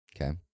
okay